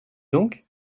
donc